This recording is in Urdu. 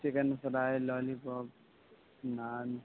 chicken fry lollipop naan